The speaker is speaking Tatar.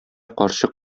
карчык